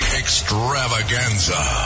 extravaganza